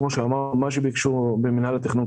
מה שביקשו במינהל התכנון,